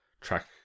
track